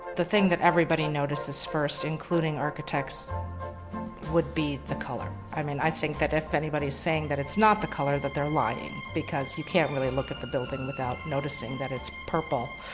the thing that everybody notices first including architects would be the color. i mean, i think that if anybody is saying that it's not the color that they're lying, because you can't really look at the building without noticing that it's purple.